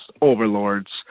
overlords